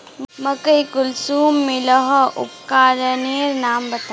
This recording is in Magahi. मकई कुंसम मलोहो उपकरनेर नाम बता?